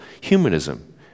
Humanism